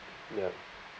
ya